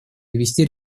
ввести